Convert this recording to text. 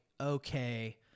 okay